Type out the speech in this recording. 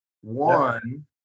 one